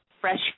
fresh